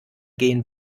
gehen